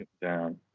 Down